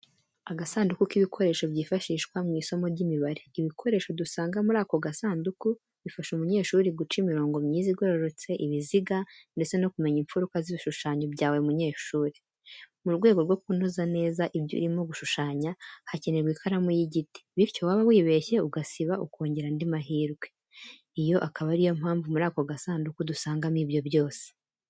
Agasanduku k’ibikoresho byifashishwa mu isomo ry’imibare. Ibikoresho dusanga muri ako gasanduku bifasha umunyeshuri guca imirongo myiza igororotse, ibiziga ndetse no kumenya imfuruka z’ibishushanyo byawe munyeshuri. Mu rwego rwo kunoza neza ibyo urimo gushushanya hakenerwa ikaramu y’igiti, bityo waba wibeshye ugasiba ukongera andi mahirwe, iyo akaba ari yo mpamvu muri ako gasanduku dusangamo ibyo byose.